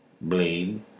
Blade